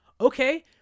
Okay